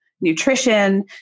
nutrition